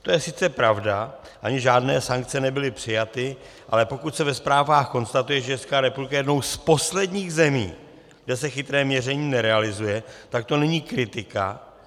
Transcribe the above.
To je sice pravda, ani žádné sankce nebyly přijaty, ale pokud se ve zprávách konstatuje, že Česká republika je jednou z posledních zemí, kde se chytré měření nerealizuje, tak to není kritika.